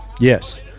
yes